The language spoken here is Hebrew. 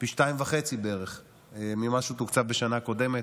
פי 2.5 בערך ממה שהוא תוקצב בשנה הקודמת.